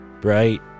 bright